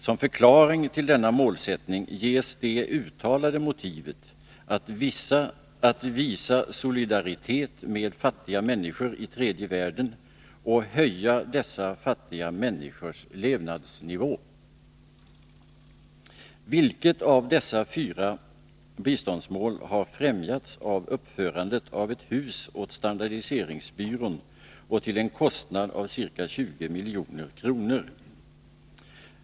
Som förklaring till denna målsättning ges det uttalade motivet att visa solidaritet med fattiga människor i tredje världen och höja dessa fattiga människors levnadsnivå. Vilket av dessa våra fyra biståndsmål har främjats av uppförandet av ett hus åt standardiseringsbyrån till en kostnad av ca 20 milj.kr.?